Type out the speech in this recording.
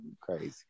Crazy